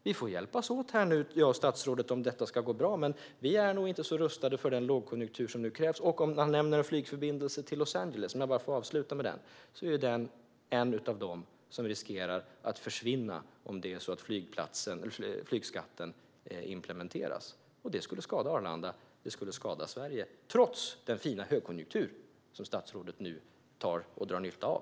Om detta ska gå bra får jag och statsrådet hjälpas åt, men vi är nog inte så rustade som krävs för den lågkonjunktur som kommer. Statsrådet nämner en flygförbindelse till Los Angeles. Om jag får avsluta med detta exempel är förbindelsen nog en av dem som riskerar att försvinna om flygskatten implementeras. Det skulle skada Arlanda och Sverige, trots den fina högkonjunktur som statsrådet nu drar nytta av.